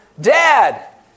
Dad